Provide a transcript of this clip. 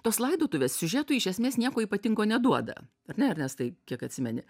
tos laidotuvės siužetui iš esmės nieko ypatingo neduoda ar ne ernestai kiek atsimeni